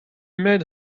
made